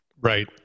Right